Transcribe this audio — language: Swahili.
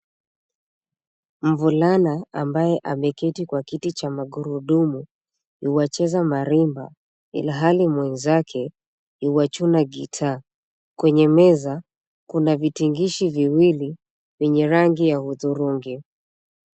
Mvulana ambaye ameketi kwa kiti cha magurudumu yuwacheza marimba ilhali mwenzake yuwachuna gita. Kwenye meza, kuna vitingishi viwili vyenye rangi ya hudhurungi.